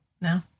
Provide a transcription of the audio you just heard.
No